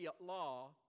law